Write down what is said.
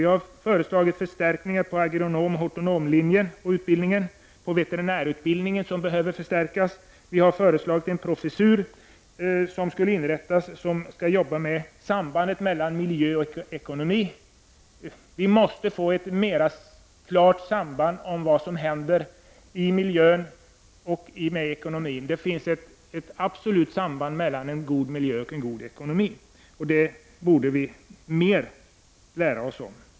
Vi har föreslagit förstärkningar för agronom-hortonomutbildningen och för veterinärutbildningen, som också behöver förstärkas. Vi har vidare föreslagit att en professur skall inrättas för sambandet mellan miljö och ekonomi. Vi måste klarlägga sambanden mellan miljön och ekonomin. Det finns ett absolut samband mellan en god miljö och en god ekonomi, och det borde vi lära oss mer om.